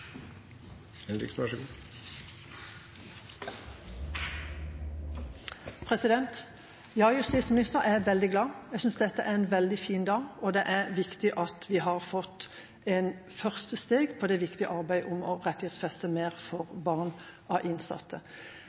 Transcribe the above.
en veldig fin dag, og det er viktig at vi har tatt et første steg i det viktige arbeidet med å rettighetsfeste mer for barn av innsatte.